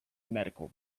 medical